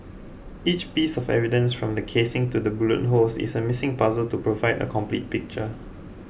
each piece of evidence from the casings to the bullet holes is a missing puzzle to provide a complete picture